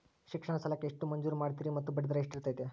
ಶಿಕ್ಷಣ ಸಾಲಕ್ಕೆ ಎಷ್ಟು ಮಂಜೂರು ಮಾಡ್ತೇರಿ ಮತ್ತು ಬಡ್ಡಿದರ ಎಷ್ಟಿರ್ತೈತೆ?